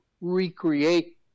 recreate